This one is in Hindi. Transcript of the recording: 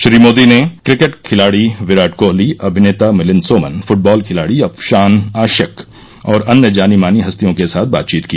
श्री मोदी ने क्रिकेट खिलाड़ी विराट कोहली अभिनेता मिलिंद सोमन फूटबॉल खिलाड़ी अफशान आशिक और अन्य जानी मानी हस्तियों के साथ बातचीत की